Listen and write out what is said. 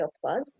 plug